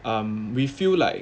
um we feel like